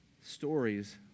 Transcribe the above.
stories